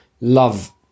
love